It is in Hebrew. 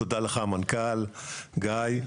תודה לך, המנכ"ל גיא.